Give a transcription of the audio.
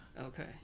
Okay